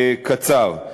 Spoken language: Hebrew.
קצר.